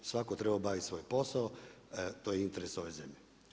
Svako treba obaviti svoj posao, to je interes ove zemlje.